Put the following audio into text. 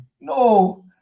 No